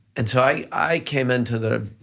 and so i i came into the.